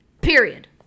period